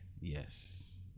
Yes